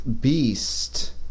beast